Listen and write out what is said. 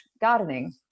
gardening